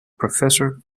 professor